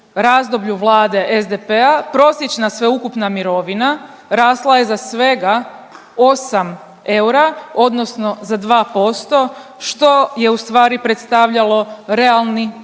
razdoblju Vlade SDP-a prosječna sveukupna mirovina rasla je za svega 8 eura, odnosno za 2% što je u stvari predstavljalo realni